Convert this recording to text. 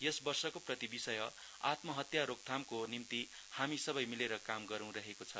यस वर्षको प्रतिविषय आत्महत्या रोक्नको निम्ति हामी सबै मिलेर काम गरौं रहेको छ